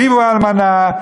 ריבו אלמנה.